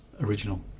original